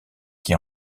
qui